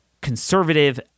conservative